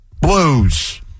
Blues